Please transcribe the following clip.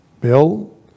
Bill